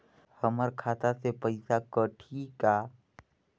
हमर खाता से पइसा कठी का?